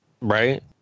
right